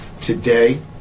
Today